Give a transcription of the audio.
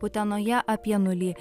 utenoje apie nulį